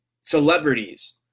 celebrities